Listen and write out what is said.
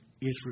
Israel